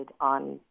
on